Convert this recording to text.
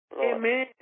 Amen